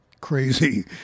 crazy